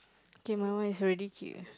kay my one is already cute